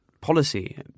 policy